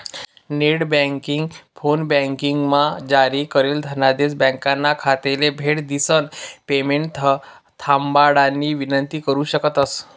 net banking, फोनबँकिंगमा जारी करेल धनादेश ब्यांकना खाताले भेट दिसन पेमेंट थांबाडानी विनंती करु शकतंस